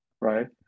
right